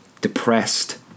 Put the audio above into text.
depressed